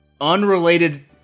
unrelated